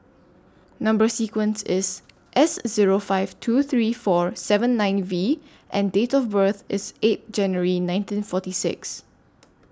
Number sequence IS S Zero five two three four seven nine V and Date of birth IS eight January nineteen forty six